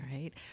right